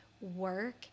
work